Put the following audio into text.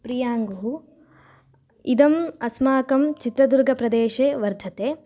प्रियाङ्गुः इदम् अस्माकं चित्रदुर्गप्रदेशे वर्तते